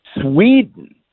Sweden